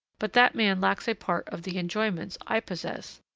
but that man lacks a part of the enjoyments i possess,